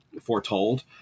foretold